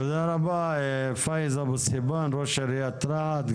תודה רבה פאיז אבו צאבן ראש עיריית רהט.